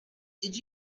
did